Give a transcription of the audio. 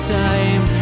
time